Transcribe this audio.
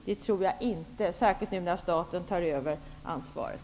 Det tror jag inte, särskilt inte nu när staten tar över ansvaret.